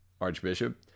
Archbishop